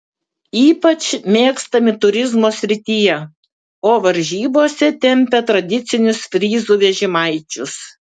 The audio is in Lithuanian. ypač mėgstami turizmo srityje o varžybose tempia tradicinius fryzų vežimaičius